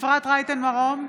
אפרת רייטן מרום,